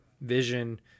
vision